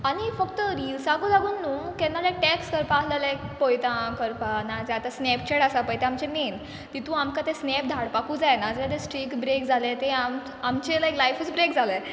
आनी फक्त रिल्साकूत लागून न्हू केन्ना लायक टॅक्स करपा आसलें लायक पळयता आं करपा नाजा आतां स्नॅप चॅट आसा पळय तें आमचें मेन तितू आमकां ते स्नॅप धाडपाकूत जाय नाजाल्या ते स्ट्रीक ब्रेक जाले ते आमच् आमचे लायक लायफूच ब्रेक जाले